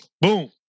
Boom